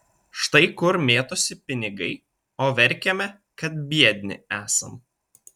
štai kur mėtosi pinigai o verkiame kad biedni esam